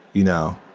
you know,